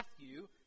Matthew